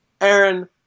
Aaron